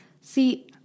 See